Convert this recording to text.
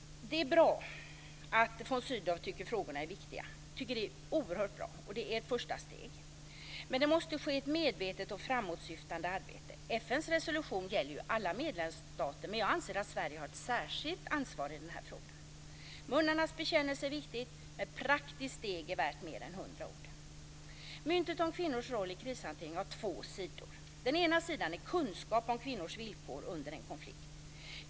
Det är bra att von Sydow tycker att frågorna är viktiga, och det är ett första steg. Men det måste ske ett medvetet och framåtsyftande arbete. FN:s resolution gäller ju alla medlemsstater, men jag anser att Sverige har ett särskilt ansvar i den här frågan. Läpparnas bekännelse är viktig, men ett praktiskt steg är värt mer än hundra ord. Myntet kvinnors roll i krishantering har två sidor. Den ena sidan är kunskapen om kvinnors villkor under en konflikt.